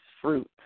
fruit